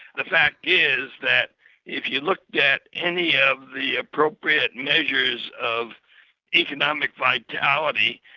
the fact is, that if you looked at any of the appropriate measures of economic vitality,